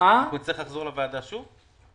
לוועדה שוב?